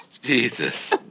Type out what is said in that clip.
Jesus